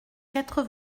quatre